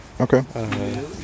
Okay